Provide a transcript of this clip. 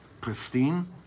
pristine